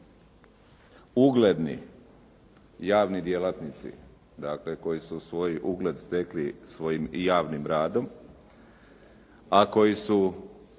ugledni javni djelatnici, dakle koji su svoj ugled stekli svojim javnim radom a koji su